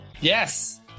Yes